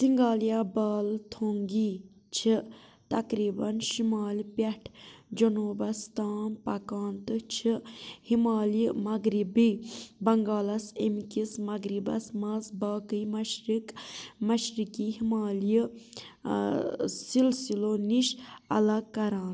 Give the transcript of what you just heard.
سِنگالیا بالہٕ تھوٚنٛگی چھِ تقریباً شُمال پٮ۪ٹھ جنوٗبَس تام پکان تہٕ چھِ ہِمالیہ مغربی بنگالَس اَمہِ کِس مغربَس منٛز باقٕے مشرق مشرقی ہِمالیہِ سِلسِلو نِش الگ کَران